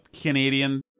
Canadian